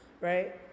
right